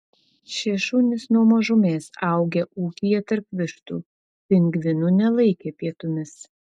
šie šunys nuo mažumės augę ūkyje tarp vištų pingvinų nelaikė pietumis